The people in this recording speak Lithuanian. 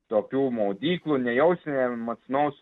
tokių maudyklų nejausime matsnaus